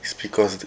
it's because the